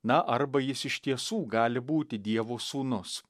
na arba jis iš tiesų gali būti dievo sūnus